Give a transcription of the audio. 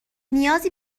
نیازی